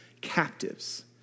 captives